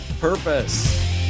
purpose